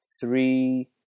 three